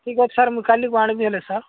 ଠିକ୍ ଅଛି ସାର୍ ମୁଁ କାଲିକୁ ଆଣିବି ହେଲେ ସାର୍